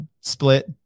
split